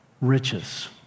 riches